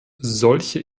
solche